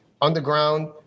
underground